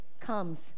comes